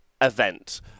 event